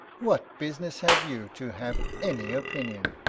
what business have you to have any opinion.